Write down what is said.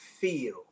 feel